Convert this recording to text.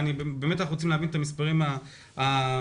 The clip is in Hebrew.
אנחנו רוצים להבין את המספרים המדויקים.